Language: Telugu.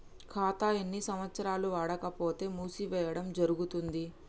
ఖాతా ఎన్ని సంవత్సరాలు వాడకపోతే మూసివేయడం జరుగుతుంది?